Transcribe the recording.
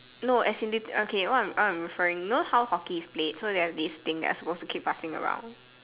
not as in they okay what I'm what I'm referring you know how hockey is played so there is thing that you're supposed to keep passing around